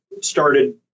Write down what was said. started